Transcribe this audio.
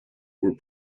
were